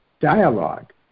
dialogue